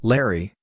Larry